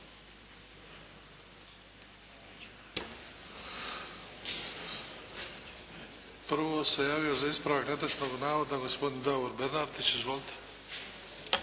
Prvo se javio za ispravak netočnog navoda gospodin Davor Bernardić. Izvolite!